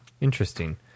Interesting